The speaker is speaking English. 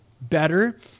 better